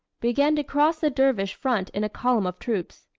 began to cross the dervish front in column of troops.